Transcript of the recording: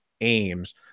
aims